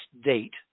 date